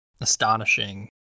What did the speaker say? astonishing